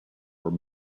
were